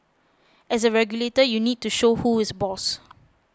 as a regulator you need to show who is boss